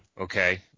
Okay